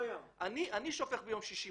אני שופך ביום 60 משאיות.